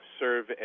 serve